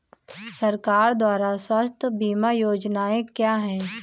सरकार द्वारा स्वास्थ्य बीमा योजनाएं क्या हैं?